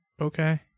Okay